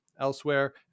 Elsewhere